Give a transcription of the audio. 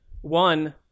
one